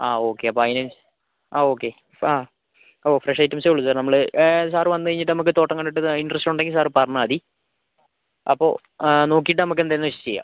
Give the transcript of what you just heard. ആ ഓക്കെ അപ്പം അതിന് ആ ഓക്കെ ആ ഓ ഫ്രഷ് ഐറ്റംസെ ഉള്ളൂ സാർ നമ്മള് സാറ് വന്ന് കഴിഞ്ഞിട്ട് നമുക്ക് തോട്ടം കണ്ടിട്ട് ഇത് ഇൻ്ററസ്റ്റ് ഉണ്ടെങ്കിൽ സാറ് പറഞ്ഞാൽ മതി അപ്പോൾ നോക്കിയിട്ട് നമുക്ക് എന്താന്ന് വെച്ചാൽ ചെയ്യാം